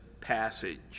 passage